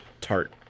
tart